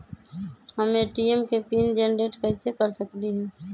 हम ए.टी.एम के PIN generate कईसे कर सकली ह?